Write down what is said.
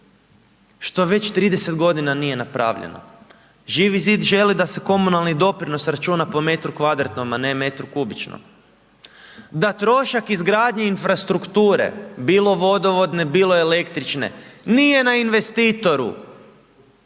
što već 30 g. nije napravljeno. Živi zid želi da se komunalni doprinos računa po metru kvadratnom a ne metru kubičnom, da trošak izgradnje infrastrukture, bilo vodovodne, bilo električne nije na investitoru